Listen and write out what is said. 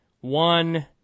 one